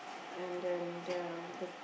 and then them the